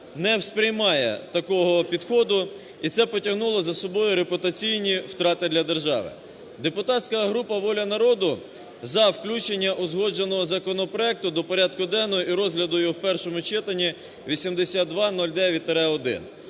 не сприймає такого підходу, і це потягнуло за собою репутаційні втрати для держави. Депутатська група "Воля народу" за включення узгодженого законопроекту до порядку денного і розгляду його в першому читанні 8209-1.